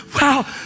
Wow